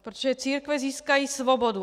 Protože církve získají svobodu.